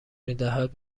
میدهد